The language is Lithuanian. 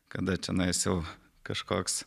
kada čianais jau kažkoks